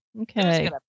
Okay